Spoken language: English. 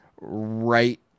right